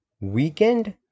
weekend